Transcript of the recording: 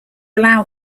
allow